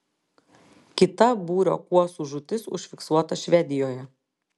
kita būrio kuosų žūtis užfiksuota švedijoje